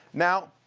now,